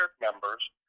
members